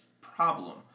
problem